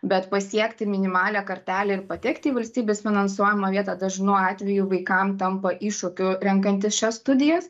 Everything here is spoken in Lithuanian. bet pasiekti minimalią kartelę ir patekti į valstybės finansuojamą vietą dažnu atveju vaikam tampa iššūkiu renkantis šias studijas